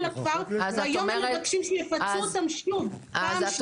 לכפר והיום מבקשים שיפצו אותם שוב פעם שניה.